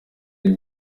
yari